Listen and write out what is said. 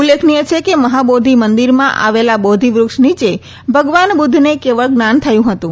ઉલ્લેખનીય છે કે મહાબોધી મંદિરમાં આવેલા બોધીવૃક્ષ નીચે ભગવાન બુધને કેવલ જ્ઞાન થયું હતું